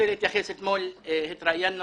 אתמול התראיינו